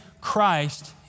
Christ